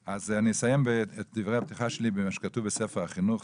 אז אני אסיים את דברי הפתיחה שלי במה שכתוב בספר החינוך,